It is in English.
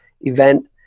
event